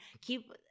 keep